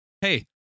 Hey